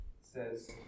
says